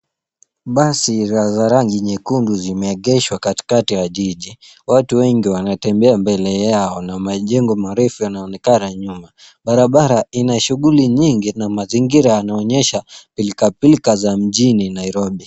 Basi za rangi nyekundu zimeegeshwa katikati ya jiji. Watu wengi wanatembea mbele yao na majengo marefu yanaonekana nyuma. Barabara ina shughuli nyingi na mazingira yanaonyesha pilkapilka za mjini Nairobi.